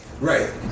Right